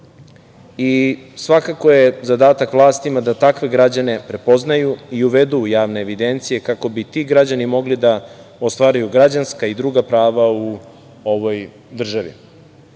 i svakako je zadatak vlastima da takve građane prepoznaju i uvedu u javne evidencije, kako bi ti građani mogli da ostvaruju građanska i druga prava u ovoj državi.U